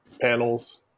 panels